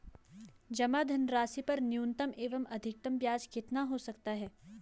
जमा धनराशि पर न्यूनतम एवं अधिकतम ब्याज कितना हो सकता है?